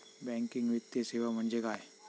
Banking वित्तीय सेवा म्हणजे काय?